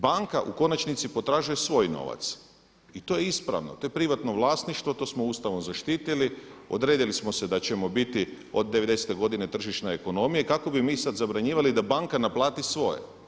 Banka u konačnici potražuje svoj novac i to je ispravno, to je privatno vlasništvo, to smo Ustavom zaštitili, odredili smo se da ćemo biti od 90.te godine tržišna ekonomija i kako bi mi sad zabranjivali da banka naplati svoje?